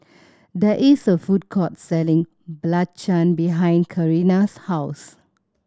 there is a food court selling belacan behind Carina's house